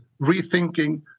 Rethinking